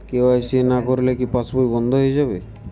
KYC না করলে কি পাশবই বন্ধ হয়ে যাবে?